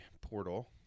portal